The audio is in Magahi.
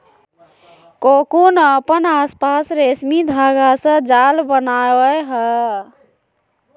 कोकून अपन आसपास रेशमी धागा से जाल बनावय हइ